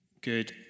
good